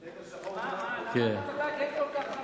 מה, למה